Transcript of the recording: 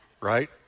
Right